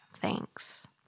Thanks